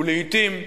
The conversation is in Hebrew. ולעתים,